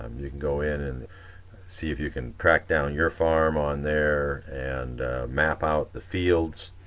um you can go in and see if you can track down your farm on there, and map out the fields.